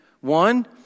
One